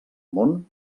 món